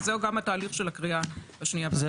וזהו גם התהליך של הקריאה השנייה והשלישית.